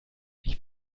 ich